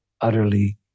utterly